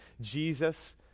Jesus